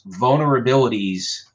vulnerabilities